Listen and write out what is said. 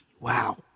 Wow